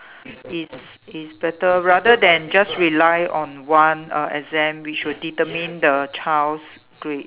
is is better rather than just rely on one err exam which will determine the child's grade